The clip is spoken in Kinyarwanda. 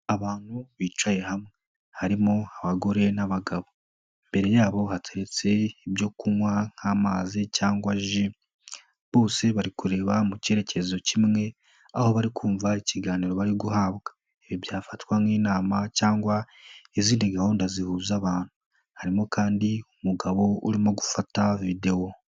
Abantu bicaye hamwe harimo abagore n'abagabo, imbere yabo hateretse ibyo kunywa nk'amazi cyangwa ji, bose bari kureba mu cyerekezo kimwe aho bari kumva ikiganiro bari guhabwa, ibi byafatwa nk'inama cyangwa izindi gahunda zihuza abantu, harimo kandi umugabo urimo gufata videwo.